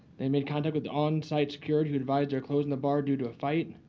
they made contact with the on-site security who advised they were closing the bar due to a fight.